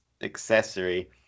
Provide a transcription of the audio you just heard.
accessory